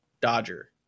Dodger